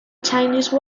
chinese